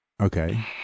Okay